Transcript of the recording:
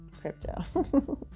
crypto